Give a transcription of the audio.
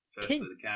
king